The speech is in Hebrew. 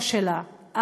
או שלה,